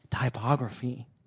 typography